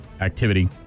activity